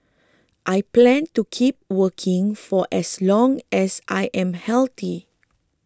I plan to keep working for as long as I am healthy